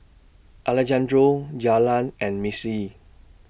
Alejandro Jaylan and Mitzi